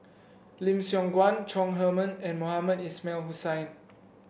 Lim Siong Guan Chong Heman and Mohamed Ismail Hussain